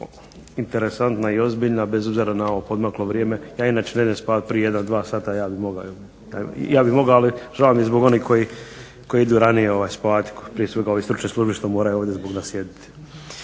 interesantna i ozbiljna bez obzira na ovo odmaklo vrijeme. Ja inače ne idem spavati prije jedan, dva sata. Ja bih mogao, ali žao mi je zbog onih koji idu ranije spavati prije su kao i stručne službe koje moraju ovdje zbog nas sjediti.